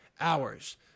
hours